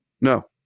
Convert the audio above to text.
No